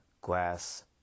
Glass